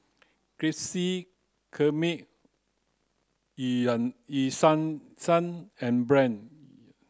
Krispy Kreme Eu Yan Eu Sang Sang and Brand's